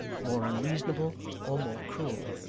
more unreasonable, or more cruel.